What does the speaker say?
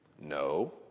No